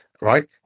right